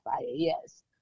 yes